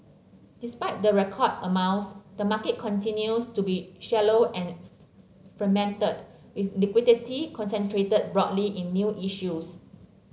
despite the record amounts the market continues to be shallow and fragmented with liquidity concentrated broadly in new issues